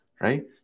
right